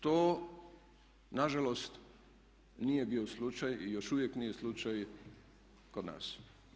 To nažalost nije bio slučaj i još uvijek nije slučaj kod nas.